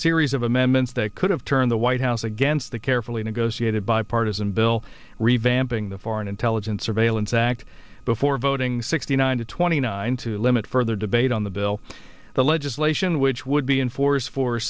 series of amendments that could have turned the white house against the carefully negotiated bipartisan bill revamping the foreign intelligence surveillance act before voting sixty nine to twenty nine to limit further debate on the bill the legislation which would be in force for